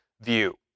view